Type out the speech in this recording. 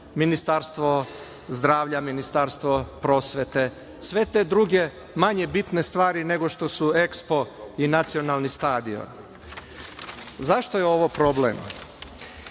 Ministarstvo zdravlja, Ministarstvo prosvete, sve te druge manje bitne stvari nego što su EKSPO i nacionalni stadion.Zašto je ovo problem?